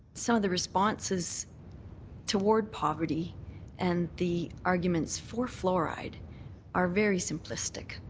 some of the responses toward poverty and the arguments for fluoride are very simplistic,